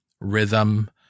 rhythm